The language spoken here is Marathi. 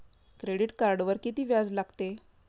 क्रेडिट कार्डवर किती व्याज लागते?